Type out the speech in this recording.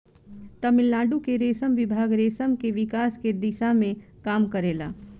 तमिलनाडु के रेशम विभाग रेशम के विकास के दिशा में काम करेला